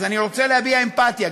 אז אני רוצה להביע אמפתיה,